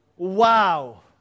Wow